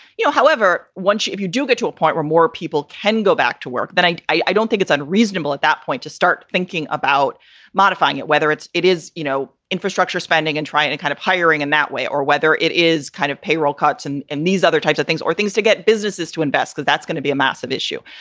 you know, however, once you you do get to a point where more people can go back to work, that i i don't think it's unreasonable at that point to start thinking about modifying it, whether it's it is, you know, infrastructure spending and try and kind of hiring in that way or whether it is kind of payroll cuts and and these other types of things or things to get businesses to invest, that that's going to be a massive issue.